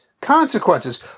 Consequences